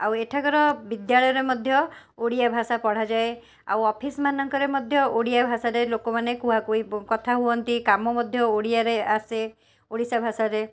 ଆଉ ଏଠାକାର ବିଦ୍ୟାଳୟରେ ମଧ୍ୟ ଓଡ଼ିଆ ଭାଷା ପଢ଼ାଯାଏ ଆଉ ଅଫିସ୍ ମାନଙ୍କରେ ମଧ୍ୟ ଓଡ଼ିଆ ଭାଷାରେ ଲୋକମାନେ କୁହା କୁହି କଥା ହୁଅନ୍ତି କାମ ମଧ୍ୟ ଓଡ଼ିଆରେ ଆସେ ଓଡ଼ିଶା ଭାଷାରେ